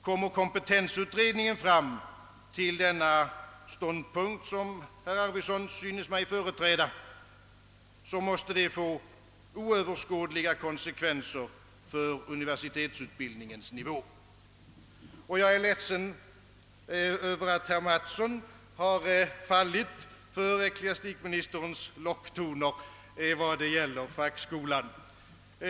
Kommer kompetensutredningen fram till den ståndpunkt, som herr Arvidson synes företräda, måste det få oöverskådliga konsekvenser för universitetsutbildningens nivå. Jag är ledsen över att herr Mattsson har fallit för ecklesiastikministerns locktoner i fråga om fackskolan.